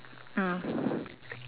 mm